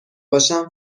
باشم